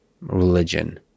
religion